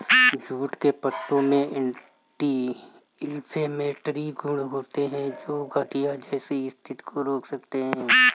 jute के पत्तों में एंटी इंफ्लेमेटरी गुण होते हैं, जो गठिया जैसी स्थितियों को रोक सकते हैं